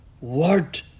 word